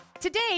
Today